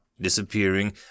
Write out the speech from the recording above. Disappearing